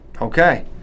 Okay